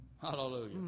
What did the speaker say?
Hallelujah